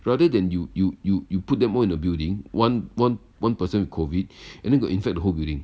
rather than you you you you put them all in the building one one one person with COVID and then go infect the while building